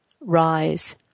rise